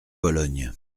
vologne